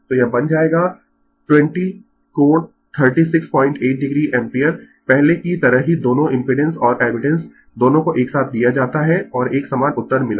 तो यह बन जाएगा 20 कोण 368 o एम्पीयर पहले की तरह ही दोनों इम्पिडेंस और एडमिटेंस दोनों को एक साथ लिया जाता है और एक समान उत्तर मिला